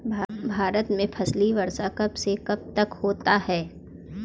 भारत में फसली वर्ष कब से कब तक होता है?